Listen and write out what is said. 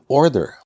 order